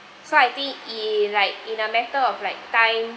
so I think it like in a matter of like time